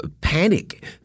panic